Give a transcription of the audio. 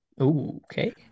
Okay